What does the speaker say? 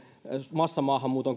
massamaahanmuuton